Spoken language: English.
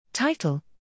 title